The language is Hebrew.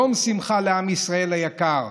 יום שמחה לעם ישראל היקר,